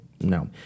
No